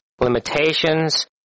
limitations